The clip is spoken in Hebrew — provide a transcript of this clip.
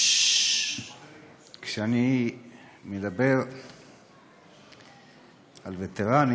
כשאני מדבר על וטרנים,